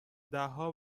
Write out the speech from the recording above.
دهها